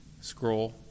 scroll